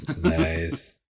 Nice